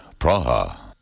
Praha